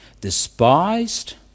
despised